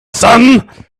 sun